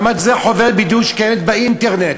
אמרתי, זו חוברת שקיימת באינטרנט,